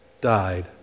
died